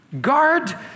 guard